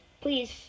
please